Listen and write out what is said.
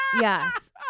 Yes